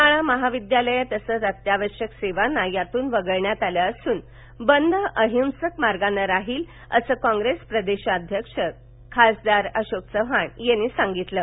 शाळा महाविद्यालयं तसच अत्यावश्यक सेवांना यातून वगळण्यात आलं असून बंद अहिंसक मार्गाने राहिलं असं कॉप्रस प्रदेशाध्यक्ष खासदार अशोक चव्हाण यांनी म्हाक्रि आहे